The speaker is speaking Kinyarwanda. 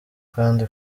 kandi